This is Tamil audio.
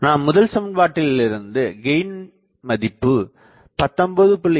நாம் முதல் சமன்பாட்டிலிருந்து கெயின் மதிப்பு 19